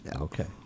Okay